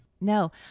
No